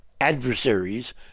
adversaries